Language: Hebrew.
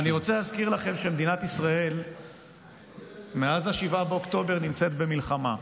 אני רוצה להזכיר לכם שמדינת ישראל מאז 7 באוקטובר נמצאת במלחמה.